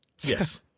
Yes